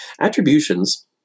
Attributions